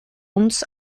uns